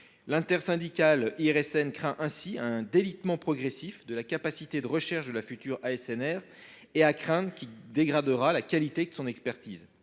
L’intersyndicale de l’IRSN craint ainsi un délitement progressif de la capacité de recherche de la future ASNR, qui dégradera la qualité de son expertise.